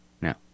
No